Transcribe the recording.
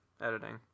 Editing